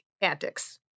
antics